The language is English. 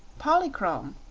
polychrome.